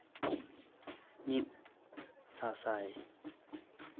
ᱢᱤᱫ ᱥᱟᱥᱟᱭ